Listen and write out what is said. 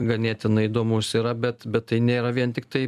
ganėtinai įdomus yra bet bet tai nėra vien tiktai